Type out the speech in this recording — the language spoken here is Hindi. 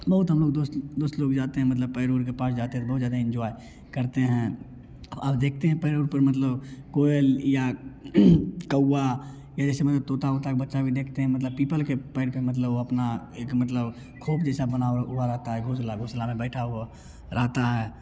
बहुत हम लोग दोस्त दोस्त लोग जाते हैं मतलब पेड़ उड़ के पास जाते हैं तो बहुत ज्यादा एन्जॉय करते हैं अब देखते है पेड़ उड़ पे मतलब कोयल या कोआ ऐसे में तोता उता का बच्चा भी देखते हैं मतलब पीपल के पेड़ पर मतलब वो अपना एक मतलब खोक जैसा बना हुआ रहता है घोसला घोसला में बैठा हुआ रहता है